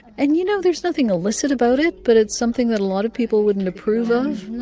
and, you know, there's nothing illicit about it, but it's something that a lot of people wouldn't approve of